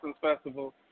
Festival